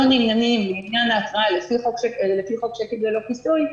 נמנים לעניין התראה לפי חוק צ'קים ללא כיסוי,